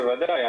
בוודאי.